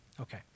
Okay